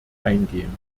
eingehen